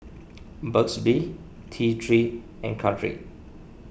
Burt's Bee T three and Caltrate